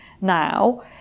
now